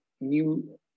new